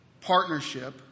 partnership